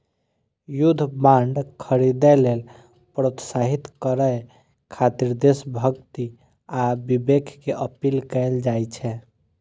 युद्ध बांड खरीदै लेल प्रोत्साहित करय खातिर देशभक्ति आ विवेक के अपील कैल जाइ छै